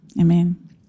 amen